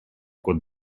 кот